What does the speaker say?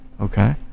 Okay